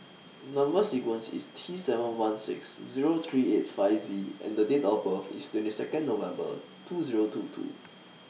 Number sequence IS T seven one six Zero three eight five Z and Date of birth IS twenty Second November two Zero two two